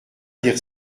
dire